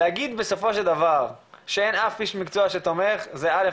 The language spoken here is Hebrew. להגיד בסופו של דבר שאין אף איש מקצוע שתומך זה א.